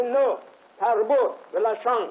חינוך, תרבות ולשון.